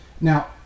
Now